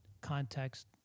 context